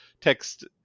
Text